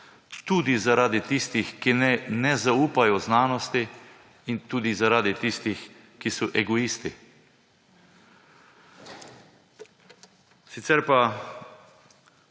tudi zaradi tistih, ki ne zaupajo znanosti, in tudi zaradi tistih, ki so egoisti. Sicer pa,